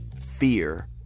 fear